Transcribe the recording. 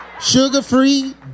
sugar-free